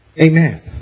Amen